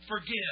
forgive